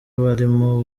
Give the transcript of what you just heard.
abarimu